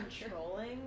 controlling